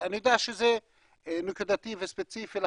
אני יודע שזה נקודתי וספציפי,